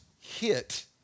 hit